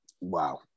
Wow